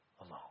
alone